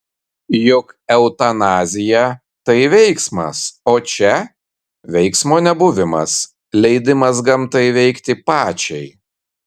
juk eutanazija tai veiksmas o čia veiksmo nebuvimas leidimas gamtai veikti pačiai